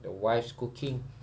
the wife's cooking